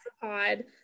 pod